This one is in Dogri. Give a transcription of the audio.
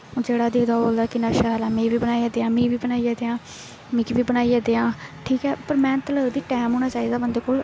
जेह्ड़ा दिखदा बोलदा कि किन्ना शैल ऐ मिगी बी बनाइयै देआं मीं बी बनाइयै देआं मिगी बी बनाइयै देआं पर मैह्नत लगदी टैम होना चाहिदा बंदे कोल